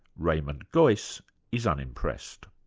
raymond geuss is unimpressed.